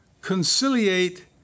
conciliate